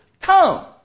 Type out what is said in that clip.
Come